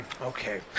Okay